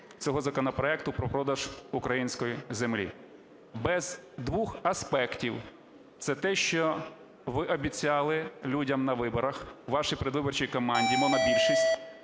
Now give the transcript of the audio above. цього законопроекту про продаж української землі. Без двох аспектів, це те, що ви обіцяли людям на виборах, в вашій передвиборчій команді, монобільшість.